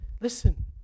listen